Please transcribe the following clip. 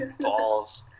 balls